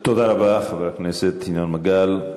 תודה רבה, חבר הכנסת ינון מגל.